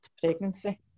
pregnancy